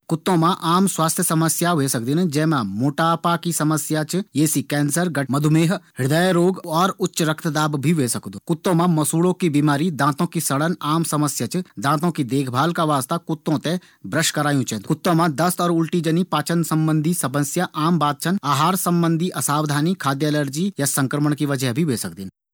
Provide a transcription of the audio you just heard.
कुत्तों मा आम स्वास्थ्य समस्या ह्वे सकदिन। जै मा मोटापा की समस्या च। ये से कैंसर, मधुमेह, हृदय रोग और उच्च रक्तदाब भी ह्वे सकदू। कुत्तों का मसूड़ों की बिमारी, दांतों की सड़न आम समस्या च। दांतों की देखभाल का वास्ता कुत्तों थें ब्रश करायूँ चैन्दु। कुत्तों मा दस्त और उल्टी जनी पाचन समस्या आम छन। आहार संबंधी असावधानी खाद्य एलर्जी या संक्रमण की वजह भी ह्वे सकदी।